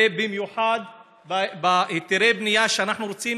ובמיוחד בהיתרי הבנייה שאנחנו רוצים,